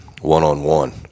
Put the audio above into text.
one-on-one